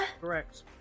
Correct